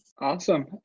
Awesome